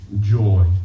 joy